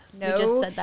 No